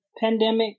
pandemic